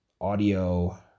audio